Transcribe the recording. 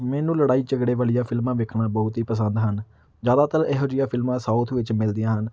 ਮੈਨੂੰ ਲੜਾਈ ਝਗੜੇ ਵਾਲੀਆਂ ਫਿਲਮਾਂ ਵੇਖਣਾ ਬਹੁਤ ਹੀ ਪਸੰਦ ਹਨ ਜ਼ਿਆਦਾਤਰ ਇਹੋ ਜਿਹੀਆਂ ਫਿਲਮਾਂ ਸਾਊਥ ਵਿੱਚ ਮਿਲਦੀਆਂ ਹਨ